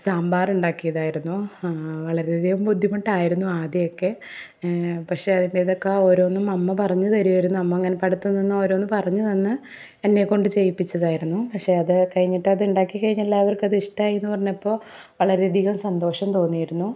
സാമ്പാറുണ്ടാക്കിയത് ആയിരുന്നു വളരെയധികം ബുദ്ധിമുട്ടായിരുന്നു ആദ്യമൊക്കെ പക്ഷേ അതിൻ്റെതെക്കാ ഓരോന്നും അമ്മ പറഞ്ഞ് തരുമായിരുന്നു അമ്മ അങ്ങനെ അടുത്ത് നിന്ന് ഓരോന്ന് പറഞ്ഞ് തന്ന് എന്നേക്കൊണ്ട് ചെയ്യിപ്പിച്ചതായിരുന്നു പക്ഷേ അത് കഴിഞ്ഞിട്ട് അതുണ്ടാക്കി കഴിഞ്ഞ് എല്ലാവർക്കു എ അതിഷ്ടമായി എന്ന് പറഞ്ഞപ്പോൾ വളരെയധികം സന്തോഷം തോന്നിയിരുന്നു